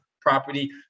property